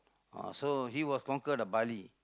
ah so he was conquer the Bali